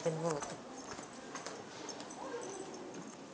Phytophthora ಅಂಗಮಾರಿ ರೋಗವನ್ನು ತಡೆಗಟ್ಟುವ ಕ್ರಮಗಳೇನು?